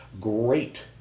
great